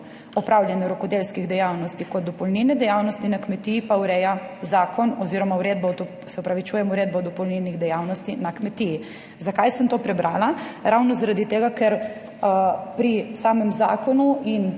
Opravljanje rokodelskih dejavnosti kot dopolnilne dejavnosti na kmetiji pa ureja zakon oziroma uredba, se opravičujem, Uredba o dopolnilnih dejavnostih na kmetiji. Zakaj sem to prebrala? Ravno, zaradi tega, ker pri samem zakonu in